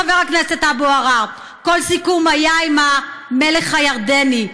חבר הכנסת אבו עראר: כל הסיכום היה עם המלך הירדני.